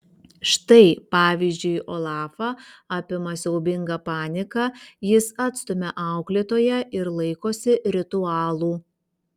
štai pavyzdžiui olafą apima siaubinga panika jis atstumia auklėtoją ir laikosi ritualų